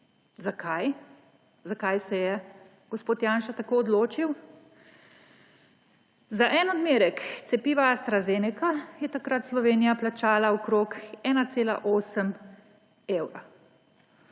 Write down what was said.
Zakaj? Zakaj se je gospod Janša tako odločil? Za en odmerek cepiva AstraZeneca je takrat Slovenija plačala okrog 1,8 evra.